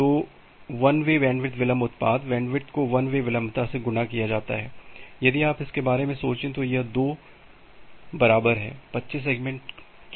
तो one way bandwidth विलंब उत्पाद बैंडविड्थ को वन वे विलंबता से गुणा किया जाता है यदि आप इसके बारे में सोचे तो यह 2 बराबर है 25 सेगमेंट के